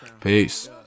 Peace